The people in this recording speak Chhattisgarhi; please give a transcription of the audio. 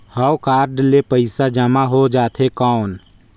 हव कारड ले पइसा जमा हो जाथे कौन?